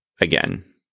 again